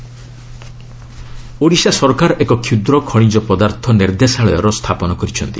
Odisha minerals Odisha ସରକାର ଏକ କ୍ଷୁଦ୍ର ଖଣିଜ ପଦାର୍ଥ ନିର୍ଦ୍ଦେଶାଳୟର ସ୍ଥାପନ କରିଛନ୍ତି